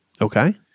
Okay